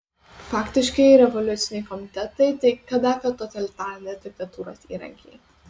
faktiškai revoliuciniai komitetai tai kadafio totalitarinės diktatūros įrankiai